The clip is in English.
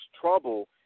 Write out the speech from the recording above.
Trouble